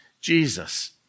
Jesus